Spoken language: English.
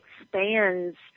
expands